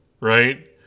right